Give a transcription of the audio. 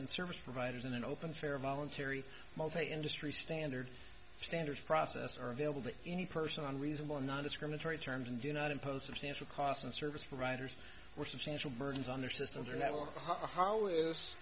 and service providers in an open fair voluntary multi industry standard standards process are available to any person on reasonable nondiscriminatory terms and do not impose substantial cost and service providers were substantial burdens on their systems or not or ho